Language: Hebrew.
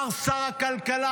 מר שר הקלקלה,